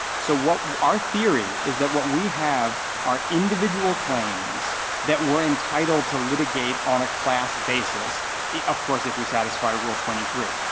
so what our theory is that what we have are individual claims that we're entitled to litigate on a class basis of course, if we satisfy rule twenty three.